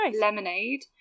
lemonade